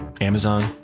Amazon